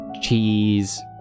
cheese